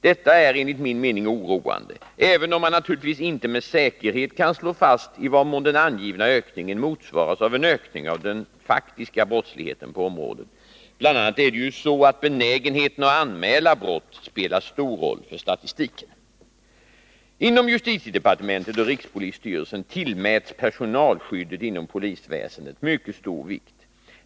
Detta är enligt min mening oroande, även om man naturligtvis inte med säkerhet kan slå fast i vad mån den angivna ökningen motsvaras av en ökning av den faktiska brottsligheten på området. Bl. a. är det ju så att benägenheten att anmäla brott spelar stor roll för statistiken. Inom justitiedepartementet och rikspolisstyrelsen tillmäts personalskyddet inom polisväsendet mycket stor vikt.